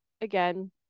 again